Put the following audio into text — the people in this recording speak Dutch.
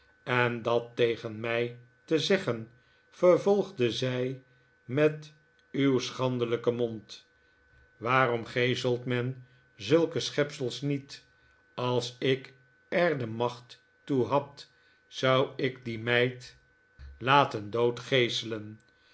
en dat tegen mij te zeggen vervolgde zij met uw schandelijken mond waarom geeselt men zulke schepsels niet als ik er de macht toe had zou ik die meid laten